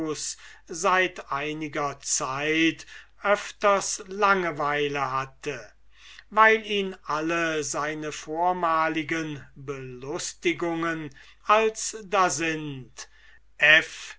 seit einiger zeit öfters langeweile hatte weil ihn alle seine vormaligen amüsemens als da sind